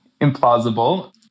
implausible